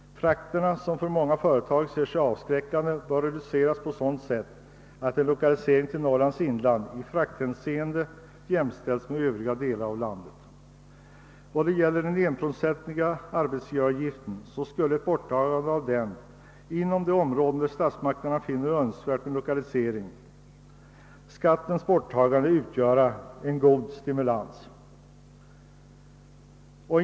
Frakterna, som för många företag ter sig avskräckande, bör reduceras på ett sådant sätt, att en lokalisering till Norrlands inland i frakthänseende kan jämställas med en lokalisering till övriga delar av landet. Ett borttagande av den 1-procentiga arbetsgivaravgiften inom de områden där statsmakterna finner det önskvärt med lokalisering skulle utgöra en god stimulans.